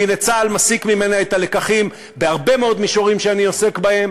והנה צה"ל מסיק ממנה את הלקחים בהרבה מאוד מישורים שאני עוסק בהם,